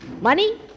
money